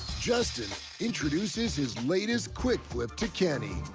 justin introduces his latest quick flip to kenny.